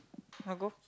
want to go